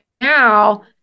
Now